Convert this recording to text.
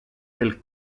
del